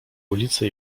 ulice